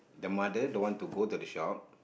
the mother don't want to go to the shop